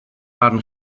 barn